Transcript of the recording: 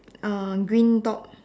uh green top